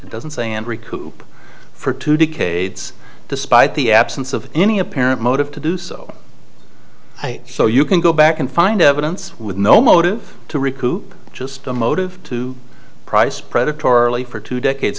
doesn't say and recoup for two decades despite the absence of any apparent motive to do so i so you can go back and find evidence with no motive to recoup just a motive to price predatory for two decades